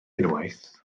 unwaith